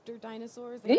dinosaurs